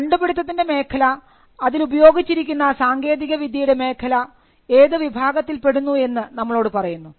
കണ്ടുപിടിത്തത്തിൻറെ മേഖല അതിൽ ഉപയോഗിച്ചിരിക്കുന്ന സാങ്കേതികവിദ്യയുടെ മേഖല ഏത് വിഭാഗത്തിൽ പെടുന്നു എന്ന് നമ്മളോട് പറയുന്നു